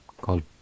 called